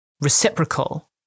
reciprocal